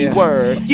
word